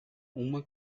uma